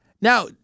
Now